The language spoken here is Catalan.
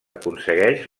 aconsegueix